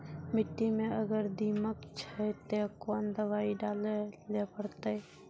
मिट्टी मे अगर दीमक छै ते कोंन दवाई डाले ले परतय?